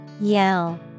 Yell